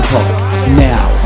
Now